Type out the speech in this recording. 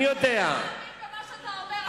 אתה לא מאמין במה שאתה אומר, אני יודע.